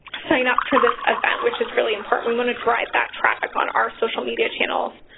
sign up for this event, which is really important. we want to drive that traffic on our social media channels.